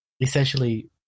essentially